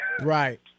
Right